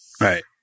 Right